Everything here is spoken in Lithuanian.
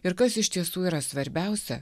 ir kas iš tiesų yra svarbiausia